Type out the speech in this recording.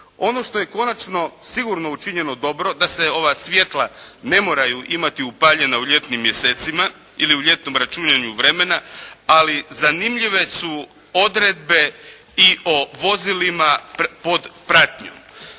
Ono što je konačno sigurno učinjeno dobro da se ova svjetla ne moraju imati upaljena u ljetnim mjesecima ili u ljetnom računanju vremena. Ali zanimljive su odredbe i o vozilima pod pratnjom.